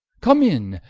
come in,